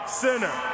center